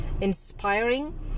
inspiring